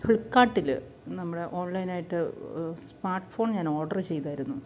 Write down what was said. ഫ്ലിപ്പ്കാർട്ടില് നമ്മുടെ ഓൺലൈനായിട്ട് smart phone ഞാനോഡര് ചെയ്തിരുന്നു